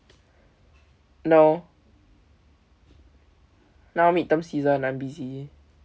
no now mid-term season I'm busy